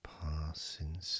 passing